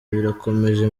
birakomeje